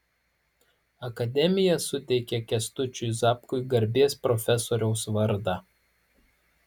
akademija suteikė kęstučiui zapkui garbės profesoriaus vardą